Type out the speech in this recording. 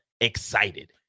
excited